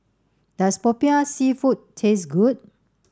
does Popiah Seafood taste good